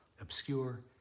obscure